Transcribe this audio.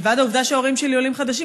מלבד העובדה שההורים שלי עולים חדשים,